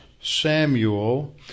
Samuel